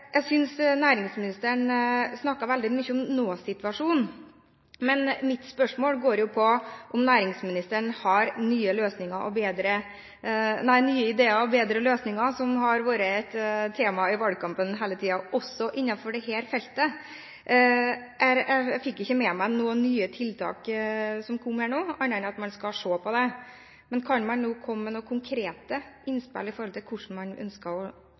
Jeg synes næringsministeren snakket veldig mye om nå-situasjonen, men mitt spørsmål går på om næringsministeren, også innenfor dette feltet, har «nye ideer og bedre løsninger» – noe som hele tiden var et tema i valgkampen. Jeg fikk ikke nå med meg noen nye tiltak, annet enn at man skal se på dette. Kan man nå komme med noen konkrete innspill til hvordan man ønsker å